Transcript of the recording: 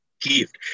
gift